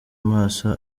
maso